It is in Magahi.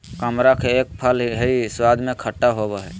कमरख एक फल हई स्वाद में खट्टा होव हई